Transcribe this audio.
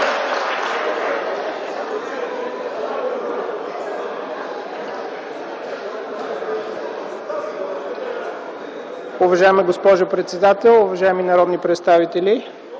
Уважаема госпожо председател, уважаеми народни представители,